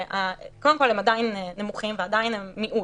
קודם כול הם עדיין נמוכים ועדיין הם מיעוט,